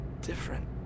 different